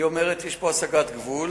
ואומרת שיש פה הסגת גבול,